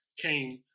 came